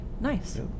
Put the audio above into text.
Nice